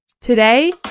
today